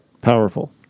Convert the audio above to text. Powerful